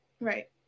Right